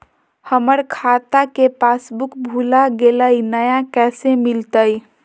हमर खाता के पासबुक भुला गेलई, नया कैसे मिलतई?